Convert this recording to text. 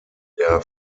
der